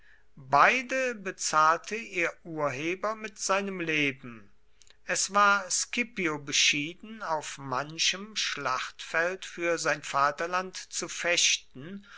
beide bezahlte ihr urheber mit seinem leben es war scipio beschieden auf manchem schlachtfeld für sein vaterland zu fechten